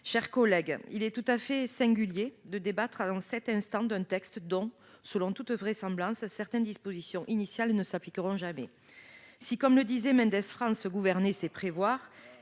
chers collègues, il est tout à fait singulier de débattre en cet instant d'un texte dont, selon toute vraisemblance, certaines dispositions initiales ne s'appliqueront jamais. Si, comme le disait Pierre Mendès France, « gouverner c'est prévoir